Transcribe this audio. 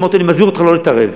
אמרתי: אני מזהיר אותך לא להתערב.